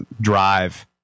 drive